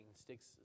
sticks